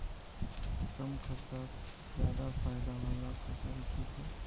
कम खर्चोत ज्यादा फायदा वाला फसल की छे?